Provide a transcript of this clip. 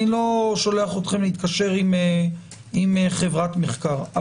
אני לא שולח אתכם להתקשר עם חברת מחקר,